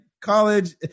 college